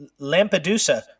Lampedusa